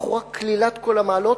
בחורה כלילת כל המעלות,